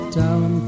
down